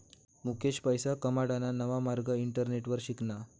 मुकेश पैसा कमाडाना नवा मार्ग इंटरनेटवर शिकना